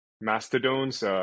Mastodon's